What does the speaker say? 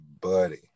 buddy